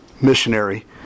missionary